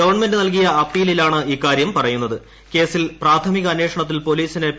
government നൽകിയ അപ്പീലിലാണ് ഇക്കാര്യം കേസിൽ പ്രാഥമിക അന്വേഷണത്തിൽ പോലീസിന് പറയുന്നത്